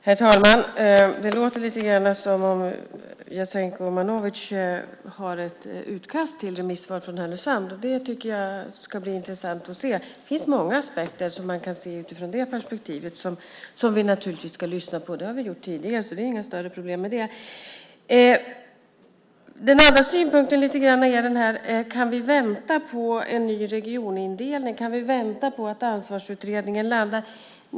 Herr talman! Det låter lite grann som att Jasenko Omanovic har ett utkast till remissvar från Härnösand. Det tycker jag ska bli intressant att se. Det finns många aspekter som man ska se utifrån det perspektivet som vi naturligtvis ska lyssna på. Det har vi gjort tidigare, så det är inga större problem med det. Den andra synpunkten är om vi kan vänta på en ny regionindelning. Kan vi vänta på att Ansvarsutredningen landar?